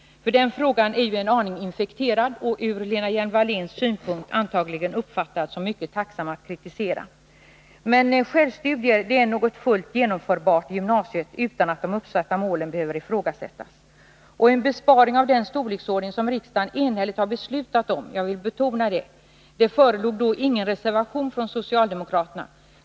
Den frågan är en aning infekterad, och ur Lena Hjelm-Walléns synpunkt är den delen av vårt förslag antagligen mycket tacksam att kritisera. Men självstudier är fullt möjliga att genomföra i gymnasiet utan att de uppsatta målen behöver ifrågasättas. Jag vill betona att det här är en besparing som riksdagen enhälligt har beslutat om — det förelåg då inte någon reservation från socialdemokraterna.